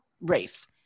race